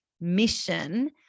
mission